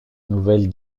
nouvelle